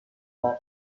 are